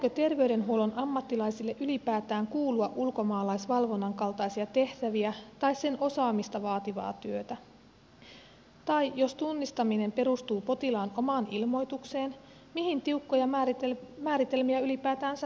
pitääkö terveydenhuollon ammattilaisille ylipäätään kuulua ulkomaalaisvalvonnan kaltaisia tehtäviä tai sen osaamista vaativaa työtä tai jos tunnistaminen perustuu potilaan omaan ilmoitukseen mihin tiukkoja määritelmiä ylipäätään tarvitaan